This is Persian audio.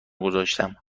گذاشتم